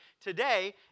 today